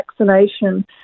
vaccination